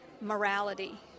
morality